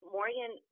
Morgan